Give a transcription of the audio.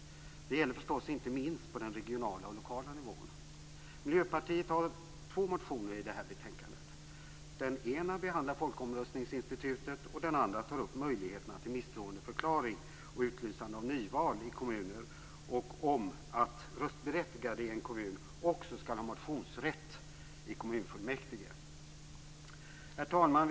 Det gäller förstås inte minst på den regionala och lokala nivån. Miljöpartiet har två motioner i det här betänkandet. Den ena behandlar folkomröstningsinstitutet och den andra tar upp möjligheterna till misstroendeförklaring och utlysande av nyval i kommuner och om att röstberättigade i en kommun också skall ha motionsrätt i kommunfullmäktige. Herr talman!